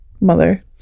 mother